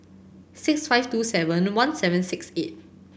six five two seven one seven six eight